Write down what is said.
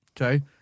Okay